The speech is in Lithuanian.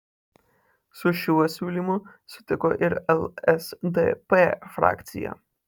su šiuo siūlymu sutiko ir lsdp frakcija